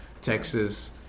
Texas